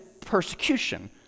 persecution